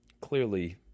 clearly